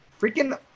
freaking